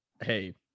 Hey